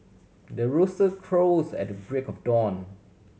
the rooster crows at the break of dawn